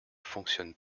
fonctionne